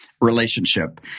relationship